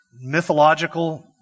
mythological